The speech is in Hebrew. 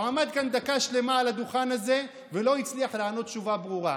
הוא עמד כאן דקה שלמה על הדוכן הזה ולא הצליח לענות תשובה ברורה,